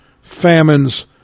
famines